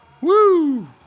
Woo